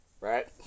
Right